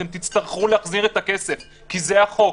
אתם תצטרכו להחזיר את הכסף כי זה החוק.